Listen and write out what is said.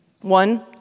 One